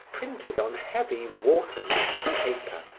printed on heavy water-marked paper,